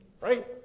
Right